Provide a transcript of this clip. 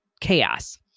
chaos